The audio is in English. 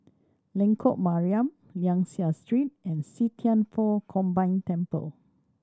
Lengkok Mariam Liang Seah Street and See Thian Foh Combined Temple